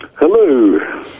Hello